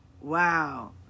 wow